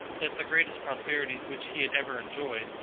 that the greatest prosperities which he had ever enjoyed,